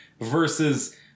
versus